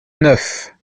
neuf